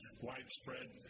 widespread